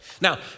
Now